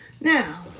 Now